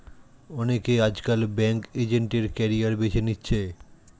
অনেকে আজকাল banking agent এর ক্যারিয়ার বেছে নিচ্ছে